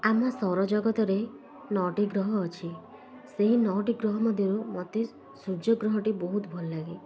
ଆମ ସୌରଜଗତରେ ନଅଟି ଗ୍ରହ ଅଛି ସେହି ନଅଟି ଗ୍ରହ ମଧ୍ୟରୁ ମୋତେ ସୂର୍ଯ୍ୟ ଗ୍ରହଟି ବହୁତ ଭଲ ଲାଗେ